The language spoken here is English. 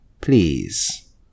please